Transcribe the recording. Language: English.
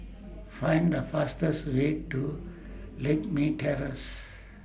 Find The fastest Way to Lakme Terrace